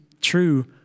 true